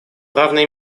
равной